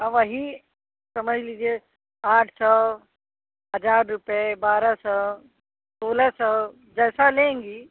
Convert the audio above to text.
हाँ वही समझ लीजिए आठ सौ हज़ार रुपये बारह सौ सोलह सौ जैसा लेंगी